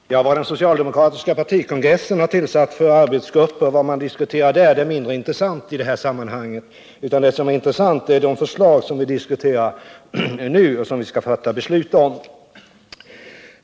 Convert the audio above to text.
Herr talman! Vad den socialdemokratiska partikongressen har tillsatt för arbetsgrupp och vad man diskuterar där är mindre intressant i detta sammanhang. Det som är intressant är de förslag vi diskuterar nu och skall fatta beslut om.